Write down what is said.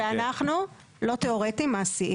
לא תיאורטיים, מעשיים.